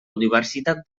universitat